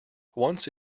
once